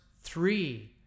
three